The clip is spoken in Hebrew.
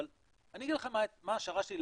אבל אני אגיד לכם מה ההשערה שלי,